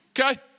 Okay